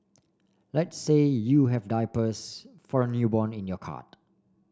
let's say you have diapers for a newborn in your cart